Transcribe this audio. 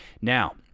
Now